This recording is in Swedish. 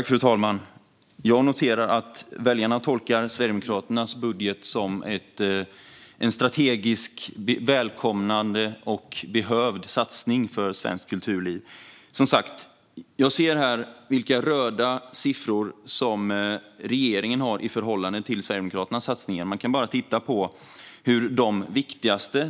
Fru talman! Jag noterar att väljarna tolkar Sverigedemokraternas budget som en strategisk, välkommen och behövd satsning för svenskt kulturliv. Jag ser vilka röda siffror regeringen har i förhållande till Sverigedemokraternas satsningar.